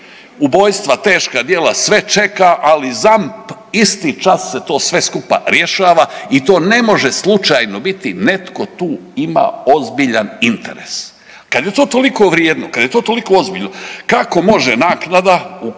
ubojstva, teška djela sve čeka, ali ZAMP isti čas se to sve skupa rješava i to ne može slučajno biti netko tu ima ozbiljan interes. Kada je to toliko vrijedno, kada je to toliko ozbiljno kako može naknada u